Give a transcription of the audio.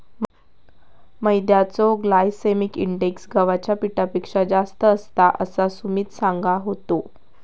मैद्याचो glycaemic index गव्हाच्या पिठापेक्षा जास्त असता, असा सुमित सांगा होतो